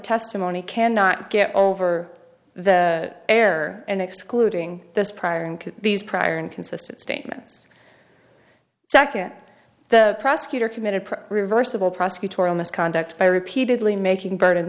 testimony cannot get over the air and excluding this prior and these prior inconsistent statements second the prosecutor committed reversible prosecutorial misconduct by repeatedly making burden